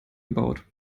gebaut